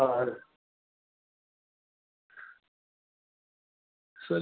હા